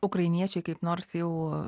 ukrainiečiai kaip nors jau